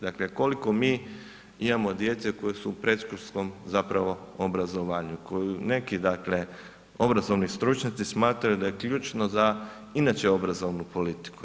Dakle, koliko mi imamo djece koje su u predškolskom zapravo obrazovanju, neki dakle obrazovni stručnjaci smatraju da je ključno inače za obrazovnu politiku.